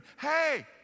hey